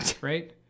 Right